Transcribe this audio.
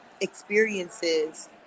experiences